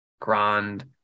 Grand